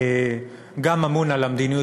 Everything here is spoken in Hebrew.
גם אמון על המדיניות